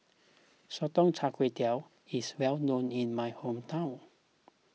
Sotong Char Kway is well known in my hometown